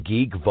Geek